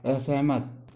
असहमत